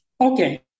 Okay